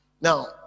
Now